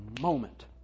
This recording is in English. moment